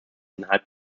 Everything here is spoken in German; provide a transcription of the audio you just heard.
innerhalb